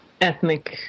ethnic